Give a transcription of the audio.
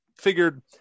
figured